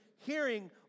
hearing